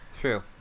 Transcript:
True